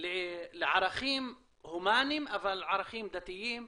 המסורתי לערכים הומניים, אבל ערכים דתיים,